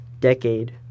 decade